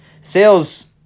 Sales